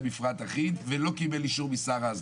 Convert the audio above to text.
מפרט אחיד ולא קיבל אישור משר ההסדרה?